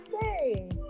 say